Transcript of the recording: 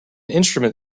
instrument